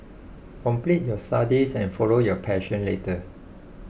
complete your studies and follow your passion later